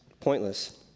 pointless